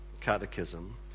Catechism